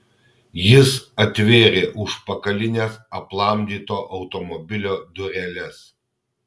jis atvėrė užpakalines aplamdyto automobilio dureles